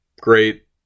Great